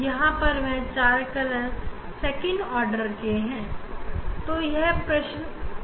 यहां पर हम सेकंड ऑर्डर में चारों रंगों को देख पा रहे हैं